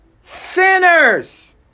sinners